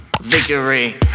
Victory